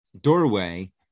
doorway